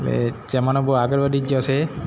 એટલે જમાનો બહુ આગળ વધી ગયો છે